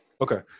Okay